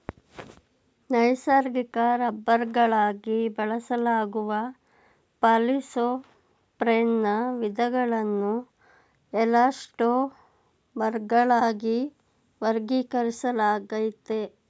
ನೈಸರ್ಗಿಕ ರಬ್ಬರ್ಗಳಾಗಿ ಬಳಸಲಾಗುವ ಪಾಲಿಸೊಪ್ರೆನ್ನ ವಿಧಗಳನ್ನು ಎಲಾಸ್ಟೊಮರ್ಗಳಾಗಿ ವರ್ಗೀಕರಿಸಲಾಗಯ್ತೆ